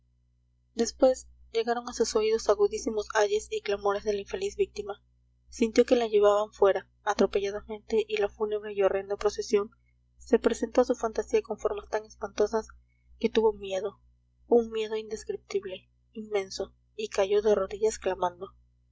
después llegaron a sus oídos agudísimos ayes y clamores de la infeliz víctima sintió que la llevaban fuera atropelladamente y la fúnebre y horrenda procesión se presentó a su fantasía con formas tan espantosas que tuvo miedo un miedo indescriptible inmenso y cayó de rodillas clamando